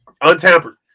Untampered